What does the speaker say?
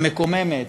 המקוממת,